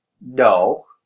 No